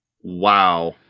Wow